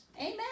Amen